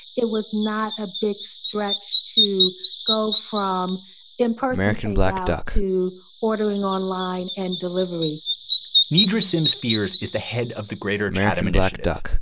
it was not a big stretch to go from in person takeout to ordering online and delivery nedra's spears is the head of the greater chatham initiative.